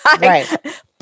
Right